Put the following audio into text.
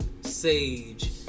sage